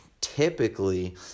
typically